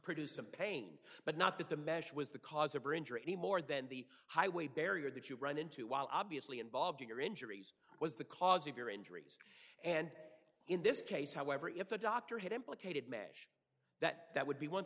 produce some pain but not that the mesh was the cause of or injury any more than the highway barrier that you run into while obviously involved in your injuries was the cause of your injuries and in this case however if a doctor had implicated mash that that would be one